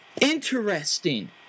interesting